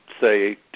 say